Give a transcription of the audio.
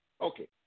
Okay